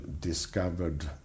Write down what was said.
discovered